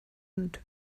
und